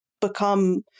become